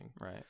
Right